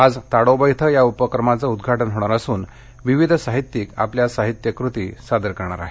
आज ताडोबा इथं या उपक्रमाचं उद्घाटन होणार असून विविध साहित्यिक आपल्या साहित्यकृती सादर करणार आहेत